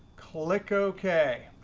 click ok.